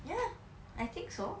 ya I think so